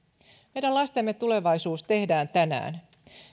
meidän lastemme tulevaisuus tehdään tänään